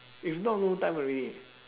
if not no time already